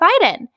Biden